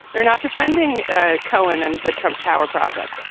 they're not defending ah cohen. and the trump tower project.